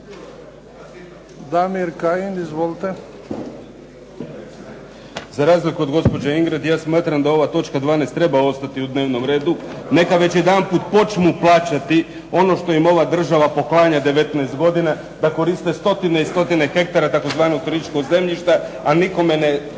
Damir (IDS)** Za razliku od gospođe Ingrid, ja smatram da ova točka 12. treba ostati u dnevnom redu. Neka već jedanput počnu plaćati ono što im ova država poklanja 19 godina, da koriste stotine i stotine hektara tzv. turističkog zemljišta, a nikome ne